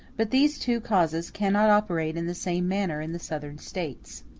but these two causes cannot operate in the same manner in the southern states.